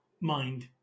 mind